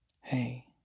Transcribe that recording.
Hey